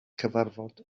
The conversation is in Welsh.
cyfarfod